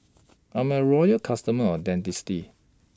I'm A Loyal customer of Dentiste